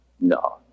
No